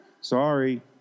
Sorry